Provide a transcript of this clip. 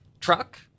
truck